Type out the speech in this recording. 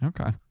Okay